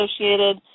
associated